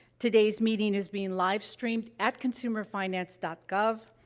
today's meeting is being livestreamed at consumerfinance dot gov,